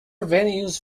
venues